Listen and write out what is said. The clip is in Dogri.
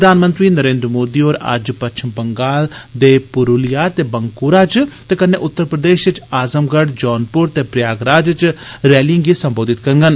प्रधानमंत्री नरेन्द्र मोदी होर अज्ज पच्छम बंगाल दे पुरूलिया ते बंकूरा च ते कन्नै उत्तरप्रदेश च आज़मगढ़ जौनपुर ते प्रयागराज च रैलिए गी संबोधित करङन